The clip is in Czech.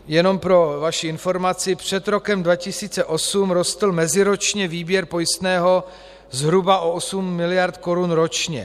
Jenom pro vaši informaci: před rokem 2008 rostl meziročně výběr pojistného zhruba o 8 mld. korun ročně.